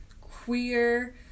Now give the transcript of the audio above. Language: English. queer